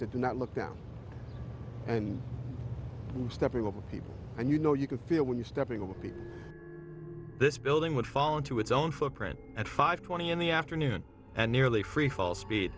did not look down and stepping over people and you know you can feel when you stepping over this building would fall into its own footprint at five twenty in the afternoon and nearly free fall speed